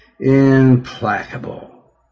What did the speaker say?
Implacable